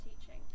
teaching